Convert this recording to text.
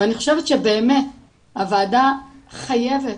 ואני חושב שבאמת הועדה חייבת,